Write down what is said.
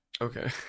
okay